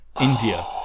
India